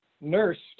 nursed